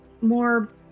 more